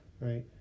Right